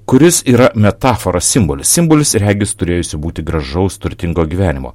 kuris yra metafora simbolis simbolis regis turėjusi būti gražaus turtingo gyvenimo